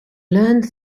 learned